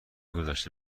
گذشته